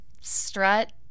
strut